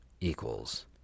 equals